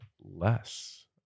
less